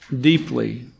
deeply